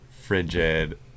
frigid